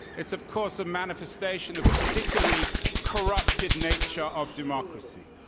it's, of course, a manifestation of a particularly corrupted nature of democracy,